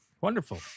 Wonderful